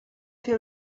fer